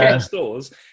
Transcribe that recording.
stores